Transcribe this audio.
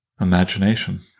imagination